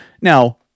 Now